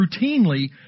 routinely